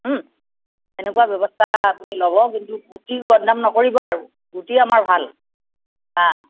এনেকুৱা ব্যৱস্থা আপুনি ল'ব কিন্তু গুটিৰ বদনাম নকৰিব আৰু গুটি আমাৰ ভাল হা